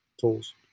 tools